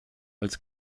als